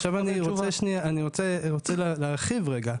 עכשיו אני רוצה שנייה, אני רוצה להרחיב רגע.